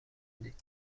دید